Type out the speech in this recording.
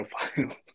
profile